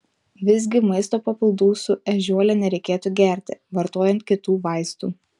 visgi maisto papildų su ežiuole nereikėtų gerti vartojant kitų vaistų